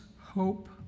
hope